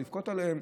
לבכות עליהם,